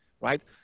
right